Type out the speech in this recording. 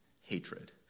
hatred